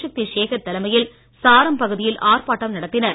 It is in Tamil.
சக்தி சேகர் தலைமையில் சாரம் பகுதியில் ஆர்ப்பாட்டம் நடத்தினர்